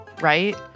right